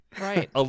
Right